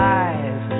eyes